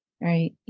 right